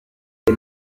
ces